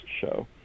show